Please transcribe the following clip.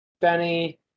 Benny